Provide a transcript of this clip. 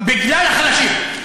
בגלל החלשים.